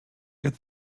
get